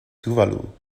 tuvalu